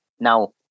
Now